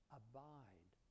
abide